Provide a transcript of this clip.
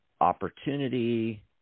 opportunity